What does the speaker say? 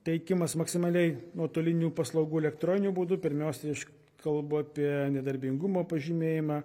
teikimas maksimaliai nuotolinių paslaugų elektroniniu būdu pirmiausiai aš kalbu apie nedarbingumo pažymėjimą